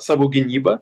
savo gynybą